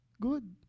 Good